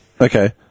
okay